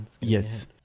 Yes